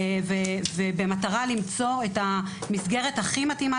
ובמטרה למצוא את המסגרת הכי מתאימה